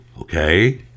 Okay